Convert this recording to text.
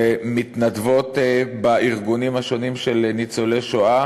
שמתנדבות בארגונים השונים של ניצולי שואה